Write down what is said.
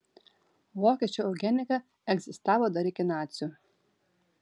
vokiečių eugenika egzistavo dar iki nacių